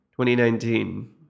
2019